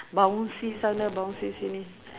bouncy sana bouncy sini